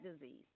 disease